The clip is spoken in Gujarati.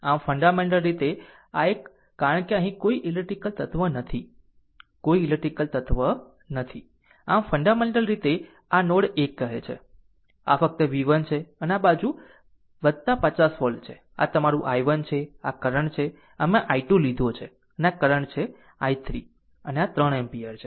આમ ફન્ડામેન્ટલ રીતે આ એક કારણ કે અહીં કોઈ ઈલેક્ટ્રીકલ તત્વ નથી કોઈ ઈલેક્ટ્રીકલ તત્વ નથી આમ ફન્ડામેન્ટલ રીતે તે નોડ 1 કહે છે ફક્ત v1 છે અને આ બાજુ 50 વોલ્ટ છે અને આ તમારું i1 છે આ કરંટ છે અમે i2 લીધો છે અને આ કરંટ છે i3 અને આ 3 એમ્પીયર છે